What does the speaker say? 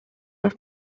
are